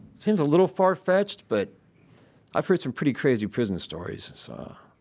seems a little far-fetched, but i've heard some pretty crazy prison stories so.